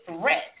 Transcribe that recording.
threat